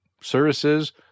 services